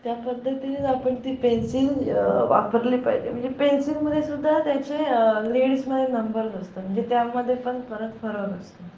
त्या पद्धतीतच आपण ती पेन्सिल वापरली पाहिजे म्हणजे पेन्सिलमध्ये सुद्धा त्याचे लीड्समध्ये नंबर्स असतात म्हणजे त्यामध्ये पण परत फरक असतो